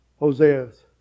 Hoseas